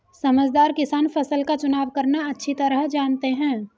समझदार किसान फसल का चुनाव करना अच्छी तरह जानते हैं